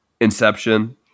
Inception